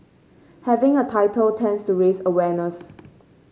having a title tends to raise awareness